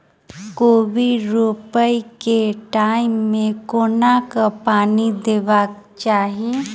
कोबी रोपय केँ टायम मे कोना कऽ पानि देबाक चही?